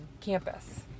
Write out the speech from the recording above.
campus